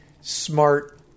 smart